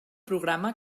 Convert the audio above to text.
programa